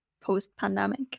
post-pandemic